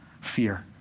fear